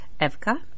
Evka